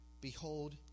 Behold